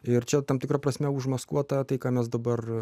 ir čia tam tikra prasme užmaskuota tai ką mes dabar